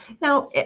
Now